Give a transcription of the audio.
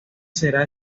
será